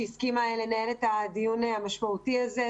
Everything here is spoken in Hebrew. שהסכימה לנהל את הדיון המשמעותי הזה.